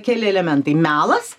keli elementai melas